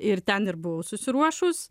ir ten ir buvau susiruošus